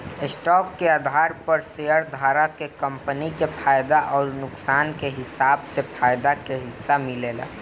stock के आधार पर शेयरधारक के कंपनी के फायदा अउर नुकसान के हिसाब से फायदा के हिस्सा मिलेला